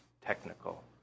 technical